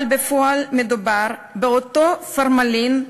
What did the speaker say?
אבל בפועל מדובר באותו פורמלין,